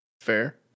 Fair